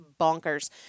bonkers